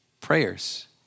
prayers